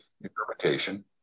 Interpretation